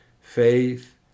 Faith